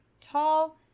tall